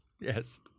Yes